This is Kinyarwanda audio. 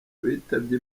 witabye